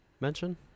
mention